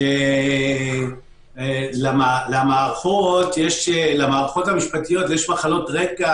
סגלוביץ' שלמערכות המשפטיות יש מחלות רקע,